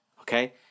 Okay